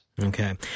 Okay